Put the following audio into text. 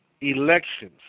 elections